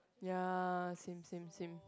ya same same same